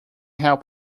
help